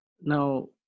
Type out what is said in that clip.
Now